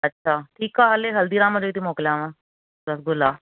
अच्छा ठीक आहे हले हल्दीराम जा ई थी मोकिलियांव रसगुला